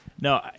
no